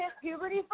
puberty